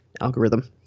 algorithm